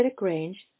range